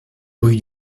rue